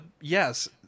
yes